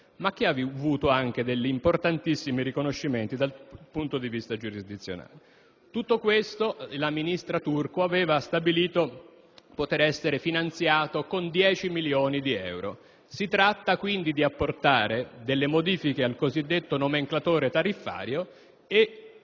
ma che ha avuto importantissimi riconoscimenti anche dal punto di vista giurisdizionale. La ministra Turco aveva stabilito che tutto questo potesse essere finanziato con 10 milioni di euro. Si tratta quindi di apportare delle modifiche al cosiddetto nomenclatore tariffario e